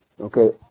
okay